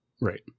right